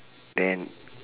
then